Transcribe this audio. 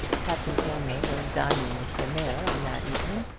captain aylmer was dining with the mayor on that evening,